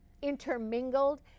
intermingled